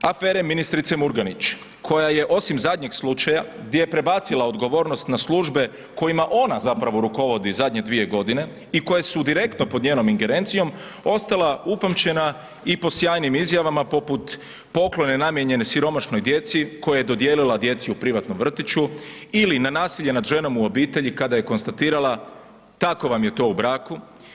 Afere ministrice Murganić, koja je osim zadnjeg slučaja, gdje je prebacila odgovornost na službe kojima ona zapravo rukovodi zadnje dvije godine i koje su direktno pod njenom ingerencijom, ostala upamćena i po sjajnim izjavama poput poklone namijenjene siromašnoj djeci koje je dodijelila djeci u privatnom vrtiću ili na nasilje nad ženama u obitelji, kada je konstatirala, tako vam je to u braku.